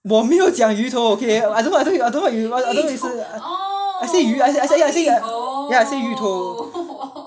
我没有讲鱼头 okay I don't know I don't you I don't know you I say 鱼 I said said I said ya~ ya I say 鱼头